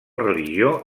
religió